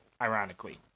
ironically